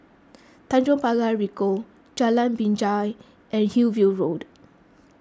Tanjong Pagar Ricoh Jalan Binjai and Hillview Road